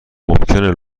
ممکنه